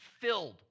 filled